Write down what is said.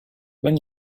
when